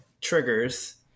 triggers